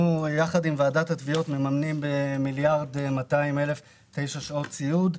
יחד עם ועדת התביעות אנחנו מממנים ב-1.2 מיליארד תשע שעות סיעוד,